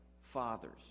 fathers